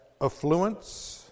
affluence